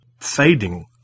fading